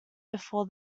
before